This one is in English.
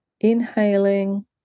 inhaling